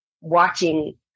watching